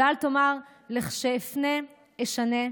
ואל תאמר 'לכשאפנה אשנה',